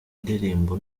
indirimbo